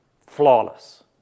flawless